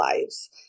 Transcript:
lives